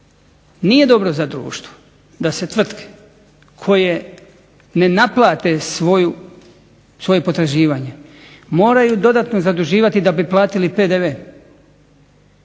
Nije dobro za društvo da se tvrtke koje ne naplate svoje potraživanje moraju dodatno zaduživati da bi platili PDV